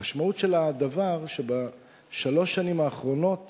המשמעות של הדבר היא שבשלוש השנים האחרונות